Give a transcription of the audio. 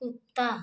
कुत्ता